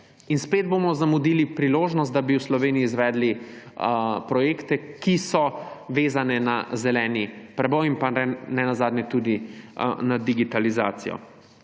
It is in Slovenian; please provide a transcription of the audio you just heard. In spet bomo zamudili priložnost, da bi v Sloveniji izvedli projekte, ki so vezani na zeleni preboj in nenazadnje tudi na digitalizacijo.